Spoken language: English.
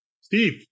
Steve